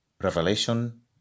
Revelation